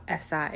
SI